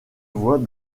voit